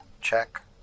check